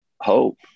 hope